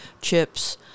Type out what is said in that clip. Chips